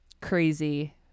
crazy